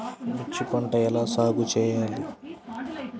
మిర్చి పంట ఎలా సాగు చేయాలి?